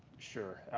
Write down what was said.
sure.